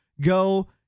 go